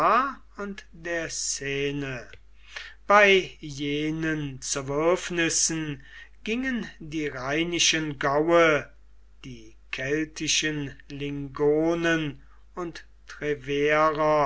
und der seine bei jenen zerwürfnissen gingen die rheinischen gaue die keltischen lingonen und treverer